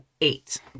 eight